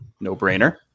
no-brainer